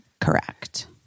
correct